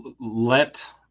let